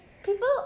People